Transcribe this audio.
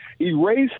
Erased